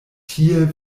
tie